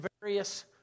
various